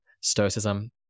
Stoicism